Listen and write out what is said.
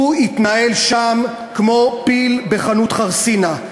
הוא התנהל שם כמו פיל בחנות חרסינה.